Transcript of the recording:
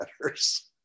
letters